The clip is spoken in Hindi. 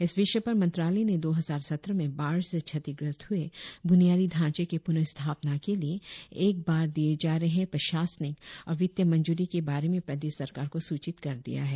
इस विषय पर मंत्रालय ने दो हजार सत्रह में बाढ़ से क्षतिग्रस्त हुए बुनियादी ढांचे के पूनः स्थापना के लिए एक बार दिए जा रहे प्रशासनिक और वित्तीय मंजूरी के बारे में प्रदेश सरकार को सुचित कर दिया है